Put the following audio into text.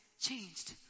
changed